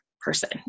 person